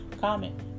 comment